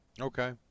Okay